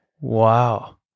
Wow